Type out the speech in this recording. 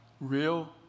real